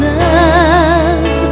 love